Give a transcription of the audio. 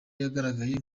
yagaragaraga